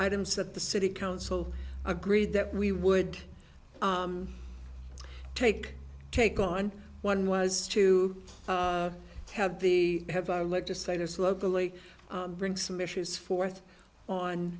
items that the city council agreed that we would take take on one was to have the have our legislators locally bring some issues forth